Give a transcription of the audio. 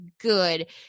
good